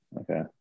okay